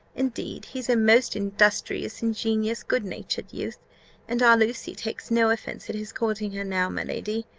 indeed, he's a most industrious, ingenious, good-natured youth and our lucy takes no offence at his courting her now, my lady,